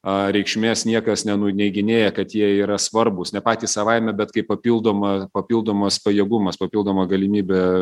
a reikšmės niekas nenuneiginėja kad jie yra svarbūs ne patys savaime bet kaip papildoma papildomas pajėgumas papildoma galimybė